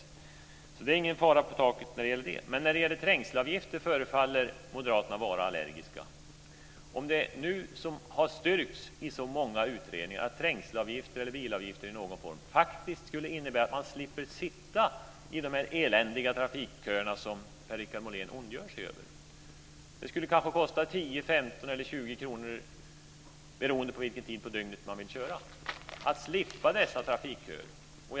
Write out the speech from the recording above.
Det är alltså ingen fara på taket när det gäller detta. Men när det gäller trängselavgifter förefaller Moderaterna vara allergiska. Det har ju nu styrkts i många utredningar att trängselavgifter eller bilavgifter i någon form faktiskt skulle innebära att man slipper sitta i de eländiga trafikköer som Per-Richard Molén ondgör sig över. Det skulle kanske kosta 10, 15 eller 20 kr beroende på vilken tid på dygnet man vill köra, men man skulle slippa trafikköerna.